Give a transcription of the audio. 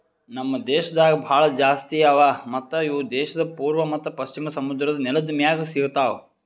ನಮ್ ದೇಶದಾಗ್ ಭಾಳ ಜಾಸ್ತಿ ಅವಾ ಮತ್ತ ಇವು ದೇಶದ್ ಪೂರ್ವ ಮತ್ತ ಪಶ್ಚಿಮ ಸಮುದ್ರದ್ ನೆಲದ್ ಮ್ಯಾಗ್ ಸಿಗತಾವ್